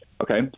Okay